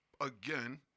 again